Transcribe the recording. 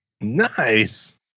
Nice